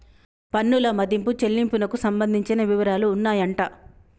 పన్నుల మదింపు చెల్లింపునకు సంబంధించిన వివరాలు ఉన్నాయంట